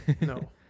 No